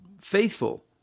faithful